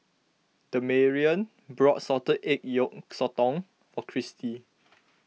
Damarion bought Salted Egg Yolk Sotong for Chrissie